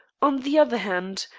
on the other hand,